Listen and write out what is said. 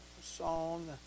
song